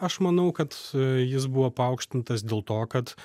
aš manau kad jis buvo paaukštintas dėl to kad